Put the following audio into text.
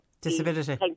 disability